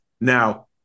Now